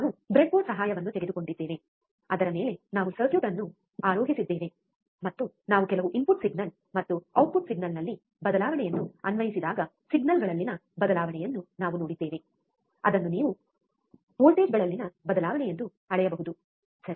ನಾವು ಬ್ರೆಡ್ಬೋರ್ಡ್ನ ಸಹಾಯವನ್ನು ತೆಗೆದುಕೊಂಡಿದ್ದೇವೆ ಅದರ ಮೇಲೆ ನಾವು ಸರ್ಕ್ಯೂಟ್ ಅನ್ನು ಆರೋಹಿಸಿದ್ದೇವೆ ಮತ್ತು ನಾವು ಕೆಲವು ಇನ್ಪುಟ್ ಸಿಗ್ನಲ್ ಮತ್ತು ಔಟ್ಪುಟ್ ಸಿಗ್ನಲ್ನಲ್ಲಿ ಬದಲಾವಣೆಯನ್ನು ಅನ್ವಯಿಸಿದಾಗ ಸಿಗ್ನಲ್ಗಳಲ್ಲಿನ ಬದಲಾವಣೆಯನ್ನು ನಾವು ನೋಡಿದ್ದೇವೆ ಅದನ್ನು ನೀವು ವೋಲ್ಟೇಜ್ಗಳಲ್ಲಿನ ಬದಲಾವಣೆಯೆಂದು ಅಳೆಯಬಹುದು ಸರಿ